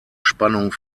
spannung